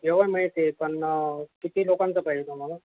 जवळ मिळते पण किती लोकांचं पाहिजे तुम्हाला